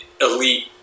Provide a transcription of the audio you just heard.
elite